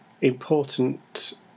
important